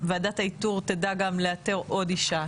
מקווים שוועדת האיתור תדע לאתר עוד אישה,